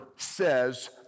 Says